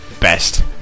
best